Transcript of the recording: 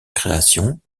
création